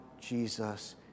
Jesus